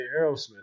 Aerosmith